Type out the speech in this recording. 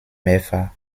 mehrfach